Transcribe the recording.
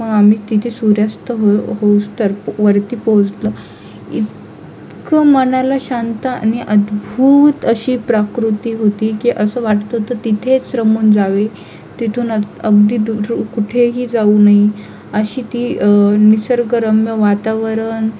मग आम्ही तिथे सूर्यास्त हो होउस्तवर वरती पोहोचलो इतकं मनाला शांत आणि अद्भुत अशी प्रकृति होती की असं वाटत होतं तिथेच रमून जावे तिथून अग अगदी दु ठु कुठेही जाऊ नये अशी ती निसर्गरम्य वातावरण